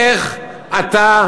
איך אתה,